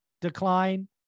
decline